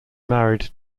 married